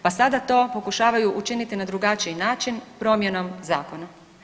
Pa sada to pokušavaju učiniti na drugačiji način, promjenom zakona.